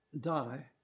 die